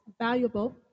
valuable